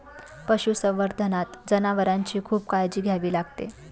पशुसंवर्धनात जनावरांची खूप काळजी घ्यावी लागते